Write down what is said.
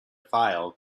file